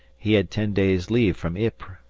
he had ten days' leave from ypres,